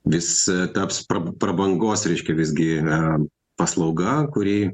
vis taps prab prabangos reiškia visgi na paslauga kuri